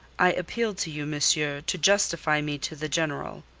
i appeal to you, monsieur, to justify me to the general.